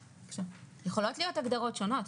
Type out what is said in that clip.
יכולות להיות הגדרות שונות,